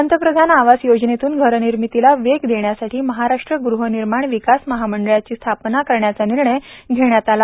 पंतप्रधान आवास योजनेतून घर निर्मितीला वेग देण्यासाठी महाराष्ट्र गृह निर्माण विकास महामंडळाची स्थापना करण्याचा निर्णय घेण्यात आला